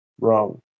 Wrong